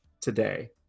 today